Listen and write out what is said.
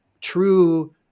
true